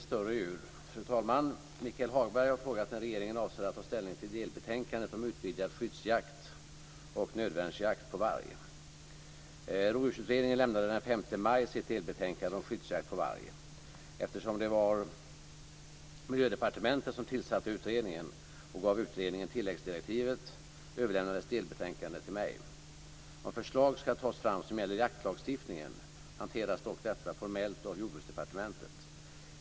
Fru talman! Michael Hagberg har frågat när regeringen avser att ta ställning till delbetänkandet om utvidgad skyddsjakt och nödvärnsjakt på varg. Rovdjursutredningen lämnade den 5 maj sitt delbetänkande Skyddsjakt på varg. Eftersom det var Miljödepartementet som tillsatte utredningen och gav utredningen tilläggsdirektiv överlämnades delbetänkandet till mig. Om förslag skall tas fram som gäller jaktlagstiftningen hanteras dock detta formellt av Jordbruksdepartementet.